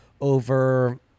over